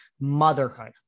motherhood